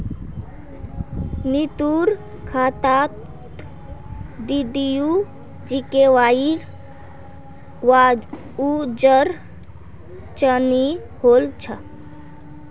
नीतूर खातात डीडीयू जीकेवाईर वाउचर चनई होल छ